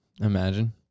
Imagine